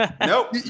Nope